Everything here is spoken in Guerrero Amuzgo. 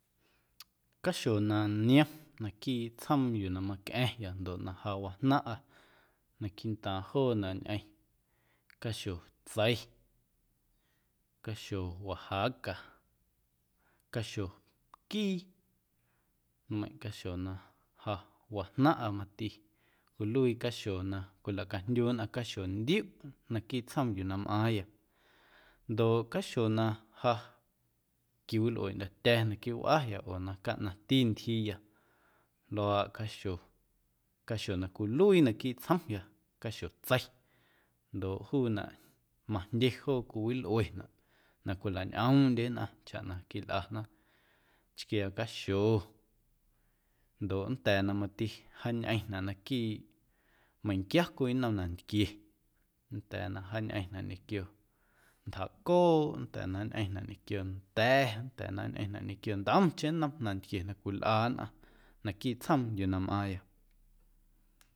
Caxo na niom naquiiꞌ tsjoom yuu na macꞌaⁿya ndoꞌ na ja wajnaⁿꞌa naquiiꞌntaaⁿ joonaꞌ ñꞌeⁿ caxo tsei, caxo oaxaca, caxo quii nmeiⁿꞌ caxo na ja wajnaⁿꞌa mati cwiluii caxo na cwilacajndyu nnꞌaⁿ caxo ndiuꞌ naquiiꞌ tsjoom yuu na mꞌaaⁿya ndoꞌ caxo na ja quiwilꞌueeꞌndyo̱tya̱ naquiiꞌ wꞌaya oo na caꞌnaⁿti ntyjiiya luaaꞌ caxo, caxo cwiluii naquiiꞌ tsjomya caxo tsei ndoꞌ juunaꞌ majndye joo wiwilꞌuenaꞌ na cwilañꞌoomꞌndye nꞌaⁿ chaꞌ na quilꞌana chquiaa caxo ndoꞌ nnda̱a̱ na mati jaañꞌeⁿnaꞌ naquiiꞌ meiⁿnquia cwii nnom nantquie nnda̱a̱ na jaañꞌeⁿnaꞌ ñequio ntjaaꞌcooꞌ nnda̱a̱ na nñꞌeⁿnaꞌ ñequio nda̱ nnda̱a̱ na nñꞌeⁿnaꞌ ñequio ntꞌomcheⁿ nnom nantquie na cwilꞌa nnꞌaⁿ naquiiꞌ tsjoom yuu na mꞌaaⁿya.